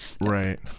right